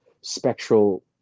spectral